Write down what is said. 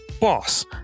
BOSS